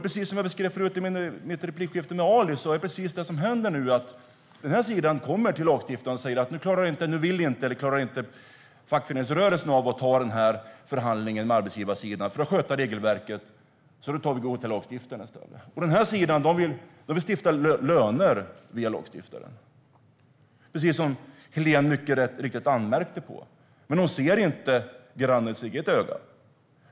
Precis som jag beskrev i mitt replikskifte med Ali Esbati är det precis det som händer nu när att ni till vänster kommer till lagstiftarna och säger att nu klarar inte fackföreningsrörelsen av eller så vill de inte ta den här förhandlingen med arbetsgivarsidan för att sköta regelverket, så nu går vi till lagstiftarna i stället. På den andra sidan vill man sätta löner via lagstiftarna, precis som Helén Pettersson mycket riktigt anmärkte på. Men hon ser inte bjälken i sitt eget öga.